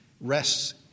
rests